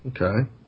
Okay